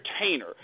entertainer